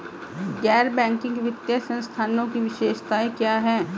गैर बैंकिंग वित्तीय संस्थानों की विशेषताएं क्या हैं?